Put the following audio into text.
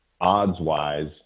odds-wise